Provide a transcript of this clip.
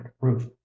roof